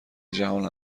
جهان